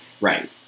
Right